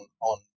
on